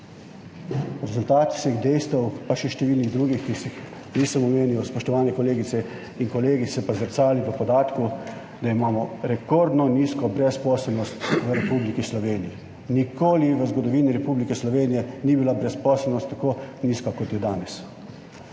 Rezultat vseh dejstev, pa še številnih drugih, ki jih nisem omenil, spoštovane kolegice in kolegi, se pa zrcali v podatku, da imamo rekordno nizko brezposelnost v Republiki Sloveniji. Nikoli v zgodovini Republike Slovenije ni bila brezposelnost tako nizka kot je danes.